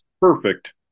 Perfect